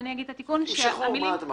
שימשכו, מה זה?